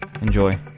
Enjoy